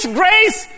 grace